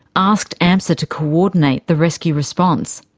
asked amsa to coordinate the rescue response.